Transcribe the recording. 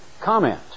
Comment